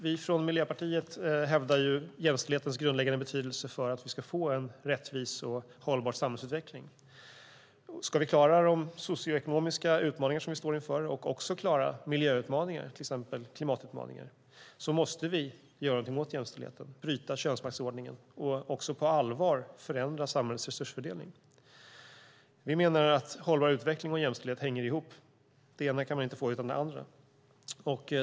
Vi från Miljöpartiet hävdar jämställdhetens grundläggande betydelse för att vi ska få en rättvis och hållbar samhällsutveckling. Ska vi klara de socioekonomiska utmaningar som vi står inför och också klara miljöutmaningar, till exempel klimatutmaningar, måste vi göra någonting åt jämställdheten, bryta könsmaktsordningen och på allvar förändra samhällets resursfördelning. Vi menar att hållbar utveckling och jämställdhet hänger ihop. Det ena kan man inte få utan det andra.